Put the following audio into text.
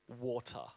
water